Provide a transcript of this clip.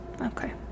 okay